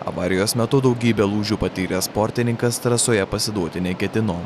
avarijos metu daugybę lūžių patyręs sportininkas trasoje pasiduoti neketino